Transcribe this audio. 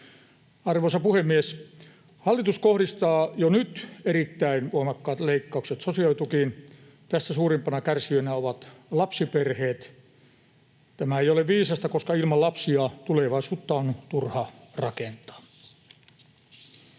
Arvoisa puhemies! Hallitus kohdistaa jo nyt erittäin voimakkaat leikkaukset sosiaalitukiin. Tästä suurimpina kärsijöinä ovat lapsiperheet. Tämä ei ole viisasta, koska ilman lapsia tulevaisuutta on turha rakentaa.